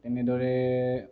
তেনেদৰে